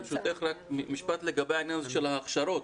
ברשותך רק משפט לגבי העניין הזה של ההכשרות.